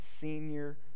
Senior